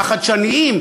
החדשניים,